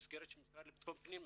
במסגרת המשרד לביטחון פנים,